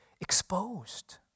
exposed